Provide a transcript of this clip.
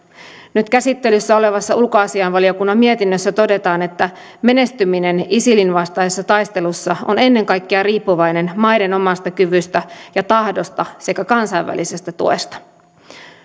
nyt käsittelyssä olevassa ulkoasiainvaliokunnan mietinnössä todetaan että menestyminen isilin vastaisessa taistelussa on ennen kaikkea riippuvainen maiden omasta kyvystä ja tahdosta sekä kansainvälisestä tuesta